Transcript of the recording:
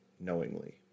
knowingly